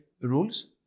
rules